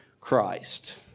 Christ